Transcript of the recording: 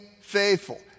faithful